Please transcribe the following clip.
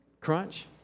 Crunch